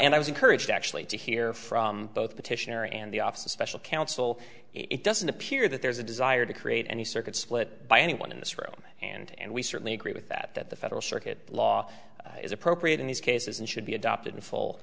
and i was encouraged actually to hear from both petitioner and the office of special counsel it doesn't appear that there's a desire to create any circuit split by anyone in this room and we certainly agree with that that the federal circuit law is appropriate in these cases and should be adopted in full